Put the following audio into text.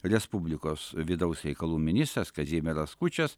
respublikos vidaus reikalų ministras kazimieras skučas